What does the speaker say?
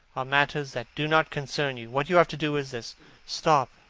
are matters that do not concern you. what you have to do is this stop,